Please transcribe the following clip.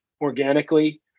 organically